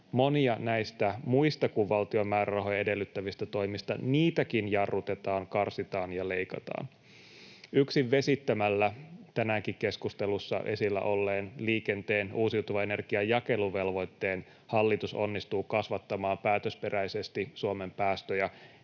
Monia näitä muitakin kuin valtion määrärahoja edellyttäviä toimia jarrutetaan, ja niistäkin karsitaan ja leikataan. Yksin vesittämällä tänäänkin keskustelussa esillä olleen liikenteen uusiutuvan energian jakeluvelvoitteen hallitus onnistuu kasvattamaan päätösperäisesti Suomen päästöjä